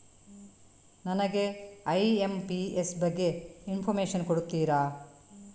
ನನಗೆ ಐ.ಎಂ.ಪಿ.ಎಸ್ ಬಗ್ಗೆ ಇನ್ಫೋರ್ಮೇಷನ್ ಕೊಡುತ್ತೀರಾ?